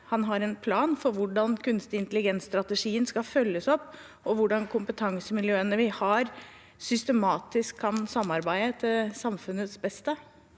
han har en plan for hvordan kunstig intelligens-strategien skal følges opp, og for hvordan kompetansemiljøene vi har, systematisk kan samarbeide til samfunnets beste.